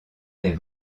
est